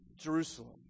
Jerusalem